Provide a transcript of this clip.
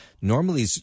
normally